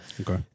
Okay